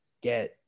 get